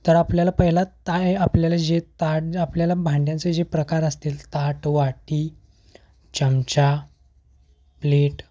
तर आपल्याला पहिला तर आहे आपल्याला जे ताट आपल्याला भांड्यांचें जे प्रकार असतील ताट वाटी चमचा प्लेट